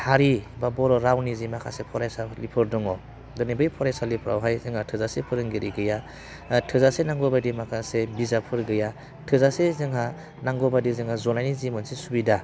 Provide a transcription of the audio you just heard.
हारि बा बर' रावनि जि माखासे फरायसालिफोर दङ दिनै बै फरायसालिफोरावहाय जोंहा थोजासे फोरोंगिरि गैया थोजासे नांगौ बायदि माखासे बिजाबफोर गैया थोजासे जोंहा नांगौ बायदि जोङो जनायनि जि मोनसे सुबिदा